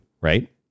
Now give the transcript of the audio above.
right